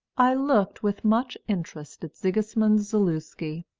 i looked with much interest at sigismund zaluski,